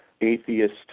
atheist